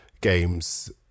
games